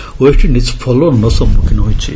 West Indies ଫଲୋଅନ୍ର ସମ୍ମୁଖୀନ ହୋଇଛି